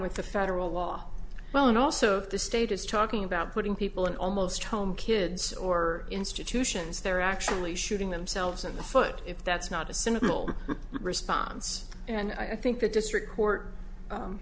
with the federal law well and also the state is talking about putting people in almost home kids or institutions they're actually shooting themselves in the foot if that's not a suitable response and i think that district court